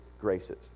graces